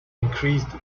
increased